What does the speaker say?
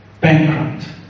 bankrupt